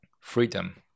Freedom